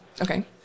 Okay